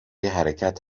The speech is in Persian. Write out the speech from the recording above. حرکت